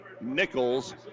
Nichols